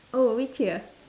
oh which year